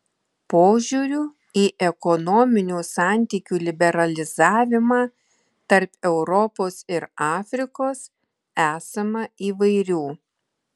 požiūrių į ekonominių santykių liberalizavimą tarp europos ir afrikos esama įvairių